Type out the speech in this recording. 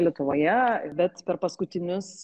lietuvoje bet per paskutinius